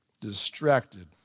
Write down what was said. distracted